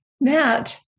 Matt